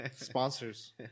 Sponsors